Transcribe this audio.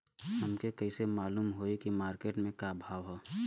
हमके कइसे मालूम होई की मार्केट के का भाव ह?